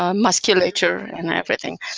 ah musculature and everything.